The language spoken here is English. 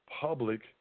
public